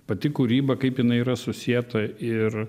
pati kūryba kaip jinai yra susieta ir